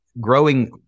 growing